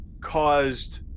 caused